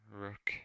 rook